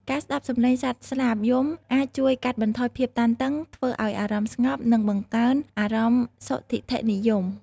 ការស្តាប់សំឡេងសត្វស្លាបយំអាចជួយកាត់បន្ថយភាពតានតឹង ធ្វើឱ្យអារម្មណ៍ស្ងប់ និងបង្កើនអារម្មណ៍សុទិដ្ឋិនិយម។